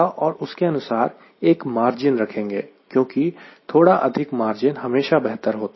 और उसके अनुसार एक मार्जिन रखेंगे क्योंकि थोड़ा अधिक मार्जिन हमेशा बेहतर होता है